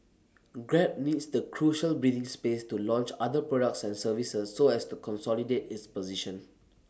grab needs the crucial breathing space to launch other products and services so as to consolidate its position